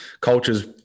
Culture's